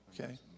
Okay